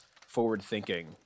forward-thinking